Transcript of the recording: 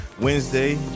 wednesday